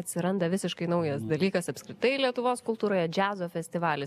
atsiranda visiškai naujas dalykas apskritai lietuvos kultūroje džiazo festivalis